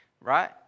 right